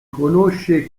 conosce